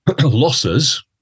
losses